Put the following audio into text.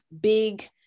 big